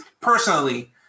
personally